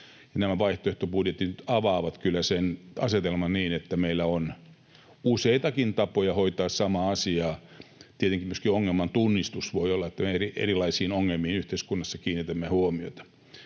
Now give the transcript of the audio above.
Nämä vaihtoehtobudjetit avaavat kyllä sen asetelman niin, että meillä on useitakin tapoja hoitaa samaa asiaa. Tietenkin myöskin ongelman tunnistus vaikuttaa. Voi olla, että kiinnitämme huomiota